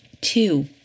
Two